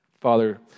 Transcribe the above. Father